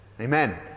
Amen